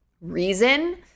reason